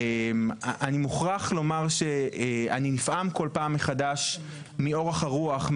אני מוכרח לומר שאני נפעם כל פעם מחדש מאורך הרוח,